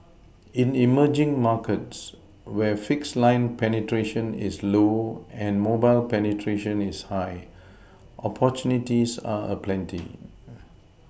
in emerging markets where fixed line penetration is low and mobile penetration is high opportunities are aplenty